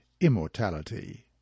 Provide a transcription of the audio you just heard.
immortality